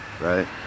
Right